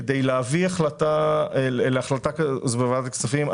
כדי להביא להחלטה כזאת בוועדת הכספים,